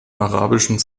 arabischen